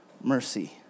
mercy